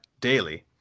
daily